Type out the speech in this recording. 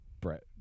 Brett